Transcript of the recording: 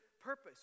purpose